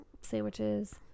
sandwiches